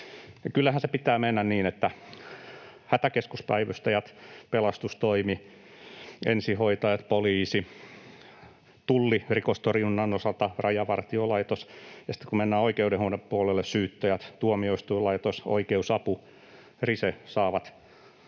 kyllähän sen pitää mennä niin, että hätäkeskuspäivystäjät, pelastustoimi, ensihoitajat, poliisi, Tulli rikostorjunnan osalta, Rajavartiolaitos ja — sitten kun mennään oikeudenhoidon puolelle — syyttäjät, tuomioistuinlaitos, oikeus-apu ja Rise saavat